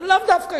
אבל לאו דווקא,